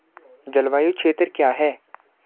जलवायु क्षेत्र क्या है?